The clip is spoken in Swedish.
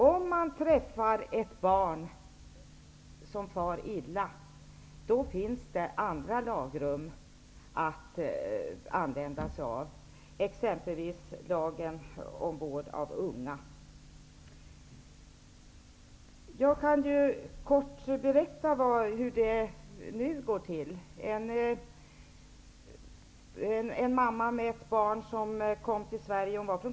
Om man träffar på ett barn som far illa, finns det andra lagrum att tillämpa, exempelvis lagen om vård av unga. Jag kan kort ge ett exempel på hur det kan gå till: En mamma och hennes barn från Colombia kom till Sverige.